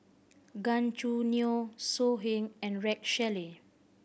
Gan Choo Neo So Heng and Rex Shelley